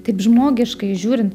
taip žmogiškai žiūrin